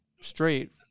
straight